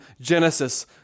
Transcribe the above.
Genesis